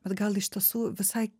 bet gal iš tiesų visai